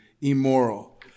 immoral